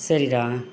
சரிடா